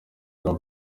bwa